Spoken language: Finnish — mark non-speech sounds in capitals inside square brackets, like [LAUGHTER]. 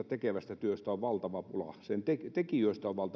[UNINTELLIGIBLE] tekevästä työstä valtava pula sen tekijöistä on